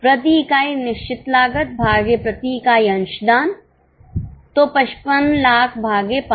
प्रति इकाई निश्चित लागत भागे प्रति इकाई अंशदान तो 55 लाख भागे 500